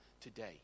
today